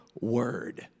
word